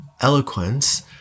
Eloquence